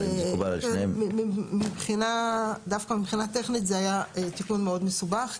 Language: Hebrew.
דווקא מבחינה טכנית זה היה תיקון מסובך מאוד,